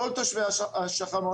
כל התושבים,